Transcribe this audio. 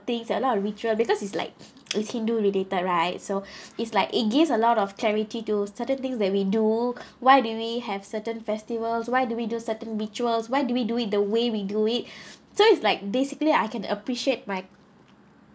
things a lot of ritual because it's like it's hindu related right so is like it gives a lot of charity to certain things that we do why do we have certain festivals why do we do certain ritual why do we do it the way we do it so it's like basically I can appreciate my